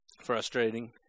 frustrating